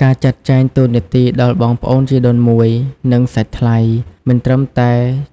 ការចាត់ចែងតួនាទីដល់បងប្អូនជីដូនមួយ និងសាច់ថ្លៃ មិនត្រឹមតែ